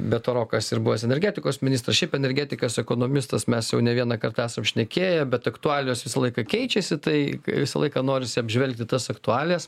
be to rokas ir buvęs energetikos ministras šiaip energetikas ekonomistas mes jau ne vieną kartą esam šnekėję bet aktualijos visą laiką keičiasi tai visą laiką norisi apžvelgti tas aktualijas